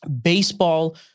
Baseball